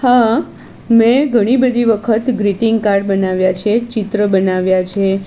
હા મેં ઘણીબધી વખત ગ્રીટિંગ કાર્ડ બનાવ્યા છે ચિત્રો બનાવ્યા છે